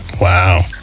Wow